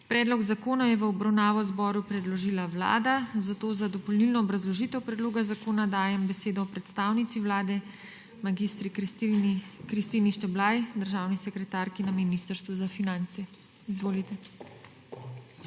Predlog zakona je v obravnavo zboru predložila Vlada, zato za dopolnilno obrazložitev predloga zakona dajem besedo predstavnici Vlade mag. Kristini Šteblaj, državni sekretarki na Ministrstvu za finance. Izvolite.